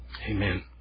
amen